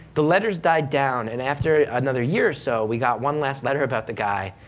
the letters died down, and after another year or so, we got one last letter about the guy,